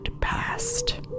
past